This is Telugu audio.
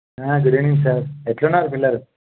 గుడ్ ఈవెనింగ్ సార్ ఎట్లా ఉన్నారు పిల్లలు